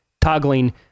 toggling